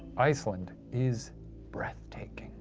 iceland is breathtaking.